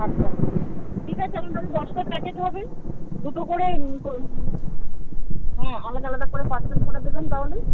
আচ্ছা আচ্ছা ঠিক আছে আমার ধরো দশটা প্যাকেট হবে দুটো করে কো হ্যাঁ আলাদা আলাদা করে পার্সেল করে দেবেন তাহলে